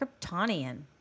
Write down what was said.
kryptonian